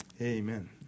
Amen